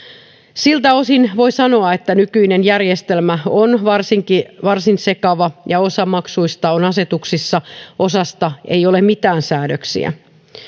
siltä osin voi sanoa että nykyinen järjestelmä on varsin sekava osa maksuista on asetuksissa osasta ei ole mitään säädöksiä